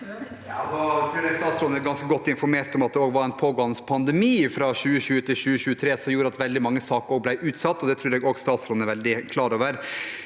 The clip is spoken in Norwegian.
ganske godt informert om at det var en pågående pandemi, fra 2020 til 2023, som gjorde at veldig mange saker ble utsatt. Det tror jeg statsråden er veldig klar over.